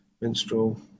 Minstrel